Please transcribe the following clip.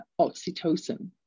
oxytocin